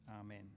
amen